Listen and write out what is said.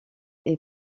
est